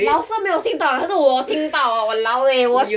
老师没有听到啦可以我听到哦 !walao! eh !wah! s~